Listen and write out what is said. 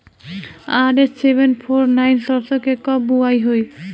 RH seven four nine सरसो के कब बुआई होई?